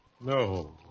No